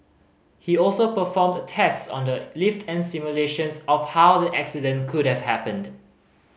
he also performed tests on the lift and simulations of how the accident could have happened